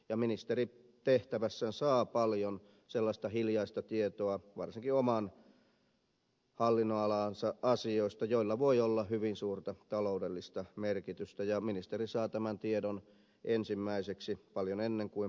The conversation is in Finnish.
ministeri tehtävässään saa paljon sellaista hiljaista tietoa varsinkin oman hallinnonalansa asioista jolla voi olla hyvin suurta taloudellista merkitystä ja ministeri saa tämän tiedon ensimmäiseksi paljon ennen kuin moni muu